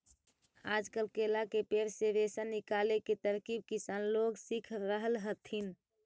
आजकल केला के पेड़ से भी रेशा निकाले के तरकीब किसान लोग सीख रहल हथिन